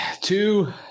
Two